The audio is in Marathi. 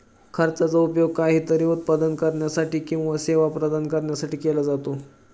खर्चाचा उपयोग काहीतरी उत्पादन करण्यासाठी किंवा सेवा प्रदान करण्यासाठी केला जातो